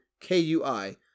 k-u-i